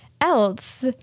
else